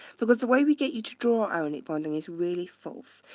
because the way we get you to draw ionic bonding is really false.